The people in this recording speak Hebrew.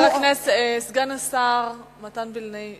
סגן השר מתן וילנאי,